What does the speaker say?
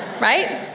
right